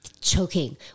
choking